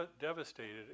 devastated